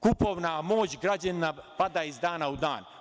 Kupovna moć građana pada iz dana u dan.